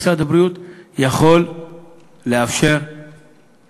שמשרד הבריאות יכול לאפשר בתקנות,